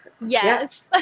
Yes